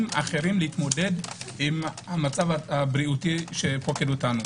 אחרים להתמודד עם המצב הבריאותי שפוקד אותנו.